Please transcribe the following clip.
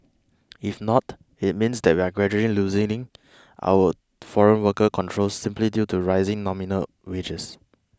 if not it means that we are gradually loosening our foreign worker controls simply due to rising nominal wages